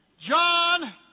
John